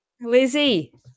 Lizzie